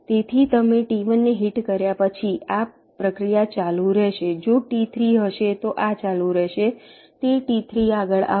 તેથી તમે T1 ને હિટ કર્યા પછી આ પ્રક્રિયા ચાલુ રહેશે જો T3 હશે તો આ ચાલુ રહેશે તે T3 આગળ આવશે